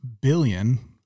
billion